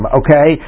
okay